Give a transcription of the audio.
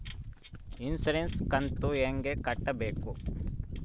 Insurance ಕಂತು ಹೆಂಗ ಕಟ್ಟಬೇಕು?